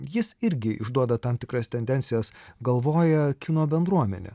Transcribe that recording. jis irgi išduoda tam tikras tendencijas galvoja kino bendruomenė